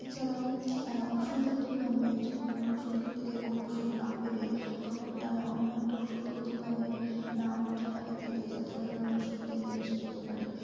এছাড়াও ওষুধের দোকানে যখন আমরা ওষুধ কিনতে যাই কোন ওষুধ না পেলে তখন তারা অন্য একটা ওষুধের দোকানের নাম ও ঠিকানা দিয়ে দেয় যাতে ওখানে আমরা সুবিধায় জিনিস পেতে পারি